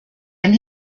and